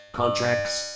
contracts